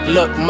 Look